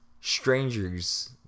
Strangers